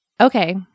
Okay